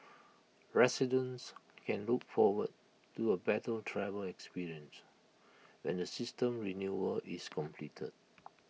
residents can look forward to A better travel experience when the system renewal is completed